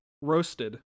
roasted